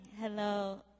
Hello